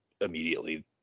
immediately